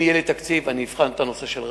אם יהיה לי תקציב אני אבחן את הנושא של ראמה,